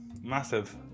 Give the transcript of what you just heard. massive